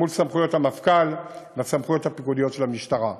מול סמכויות המפכ"ל והסמכויות הפיקודיות של המשטרה.